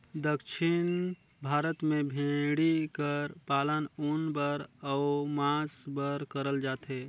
दक्खिन भारत में भेंड़ी कर पालन ऊन बर अउ मांस बर करल जाथे